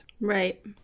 Right